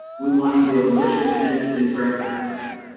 we want to be a militia unit, please recognize us.